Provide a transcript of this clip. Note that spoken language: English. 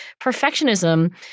perfectionism